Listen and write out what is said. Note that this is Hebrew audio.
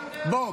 בוא,